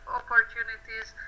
opportunities